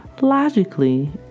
logically